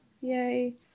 Yay